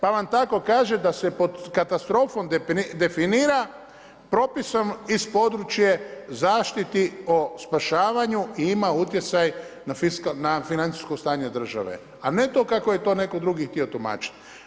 Pa vam tako kaže da se pod katastrofom definira propisom iz područja zaštite o spašavanju ima utjecaj na financijsko stanje države a ne to kako je to netko drugi htio tumačiti.